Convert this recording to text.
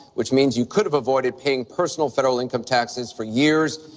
which means you could have avoided paying personal federal income taxes for years.